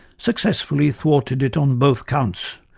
successfully thwarted it on both counts,